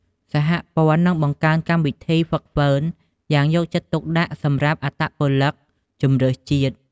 សហព័ន្ធនឹងបង្កើនកម្មវិធីហ្វឹកហ្វឺនយ៉ាងយកចិត្តទុកដាក់សម្រាប់អត្តពលិកជម្រើសជាតិ។